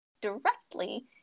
directly